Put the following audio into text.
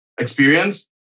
experience